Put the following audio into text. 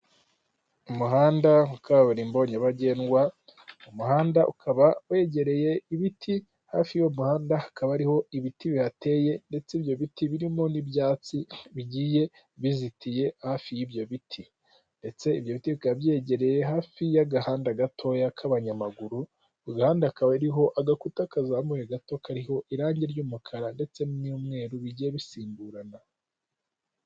Umuhanda wa kaburimbo nyabagendwa, umuhanda ukaba wegereye ibiti, hafi y'uwo muhanda hakaba hariho ibiti bihateye ndetse ibyo biti birimo n'ibyatsi bigiye bizitiye hafi y'ibyo biti ndetse ibyobyegereye hafi y'agahanda gatoya k'abanyamaguru, aganda kariho agakuta kazamuye gato kariho irangi ry'umukara ndetse n'umweru bigiye bisimburana.